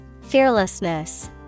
Fearlessness